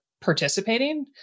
participating